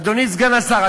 אדוני סגן השר,